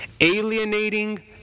alienating